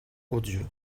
odieux